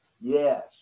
Yes